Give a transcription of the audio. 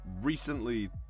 recently